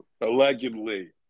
Allegedly